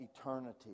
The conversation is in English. eternity